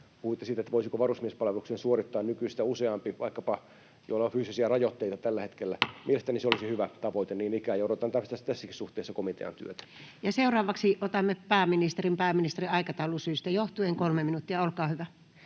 puhuitte siitä, voisiko varusmiespalveluksen suorittaa nykyistä useampi, vaikkapa sellaiset, joilla on fyysisiä rajoitteita tällä hetkellä — että mielestäni se olisi hyvä tavoite niin ikään, ja odotan tässäkin suhteessa komitean työtä. Ja seuraavaksi otamme pääministerin pääministerin aikataulusyistä johtuen. — 3 minuuttia, olkaa hyvä.